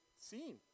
seen